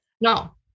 No